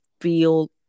feel